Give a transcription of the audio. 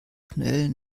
schnell